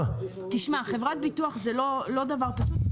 חברת ביטוח זה לא דבר פשוט.